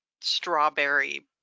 Strawberry